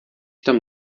tam